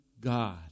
God